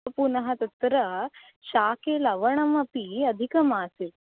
पुनः तत्र शाके लवणमपि अधिकम् आसीत्